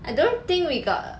I don't think we got